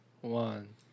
One